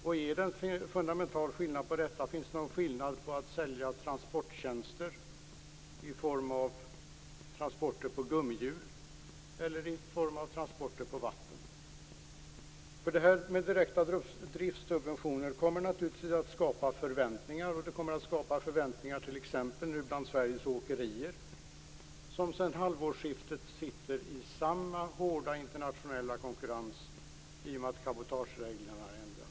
Om det finns en fundamental skillnad på detta, finns det då någon skillnad mellan att sälja tjänster i form av transporter på gummihjul och i form av transporter på vatten? Detta med direkta driftssubventioner kommer naturligtvis att skapa förväntningar, t.ex. hos Sveriges åkerier. Sedan halvårsskiftet sitter de i samma hårda internationella konkurrens i och med att cabotagereglerna har ändrats.